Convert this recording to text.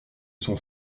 son